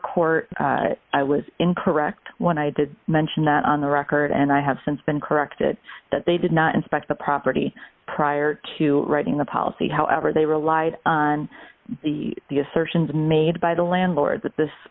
court i was incorrect when i did mention that on the record and i have since been corrected that they did not inspect the property prior to writing the policy however they relied on the the assertions made by the landlord that this